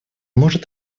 может